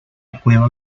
cueva